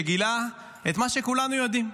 שגילה את מה שכולנו יודעים: